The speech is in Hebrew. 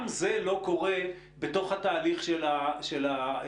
גם זה לא קורה בתוך התהליך של הקורונה.